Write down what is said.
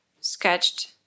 sketched